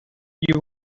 you